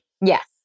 Yes